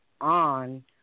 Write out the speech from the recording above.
on